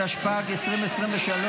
התשפ"ג 2023,